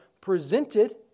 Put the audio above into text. presented